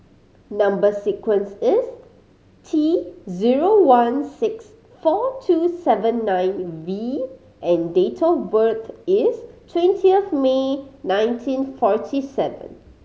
number sequence is T zero one six four two seven nine V and date of birth is twentieth May nineteen forty seven